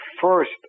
first